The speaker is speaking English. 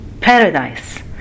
paradise